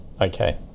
Okay